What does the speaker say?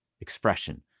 expression